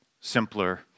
simpler